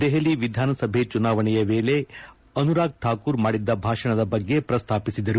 ದೆಹಲಿ ವಿಧಾನಸಭೆ ಚುನಾವಣೆಯ ವೇಳೆ ಅನುರಾಗ್ ಠಾಕೂರ್ ಮಾಡಿದ್ದ ಭಾಷಣದ ಬಗ್ಗೆ ಪ್ರಸ್ತಾಪಿಸಿದರು